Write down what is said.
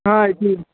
ہاں جی